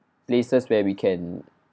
places where we can